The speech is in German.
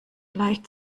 leicht